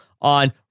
on